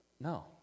No